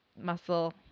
muscle